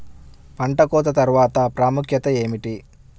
పంట కోత తర్వాత ప్రాముఖ్యత ఏమిటీ?